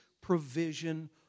provision